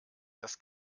das